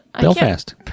Belfast